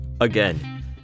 Again